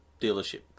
dealership